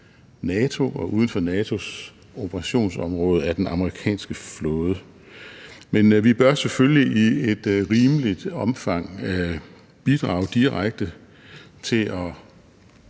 er uden for NATO's operationsområde. Men vi bør selvfølgelig i et rimeligt omfang bidrage direkte til at